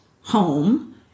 home